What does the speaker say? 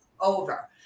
over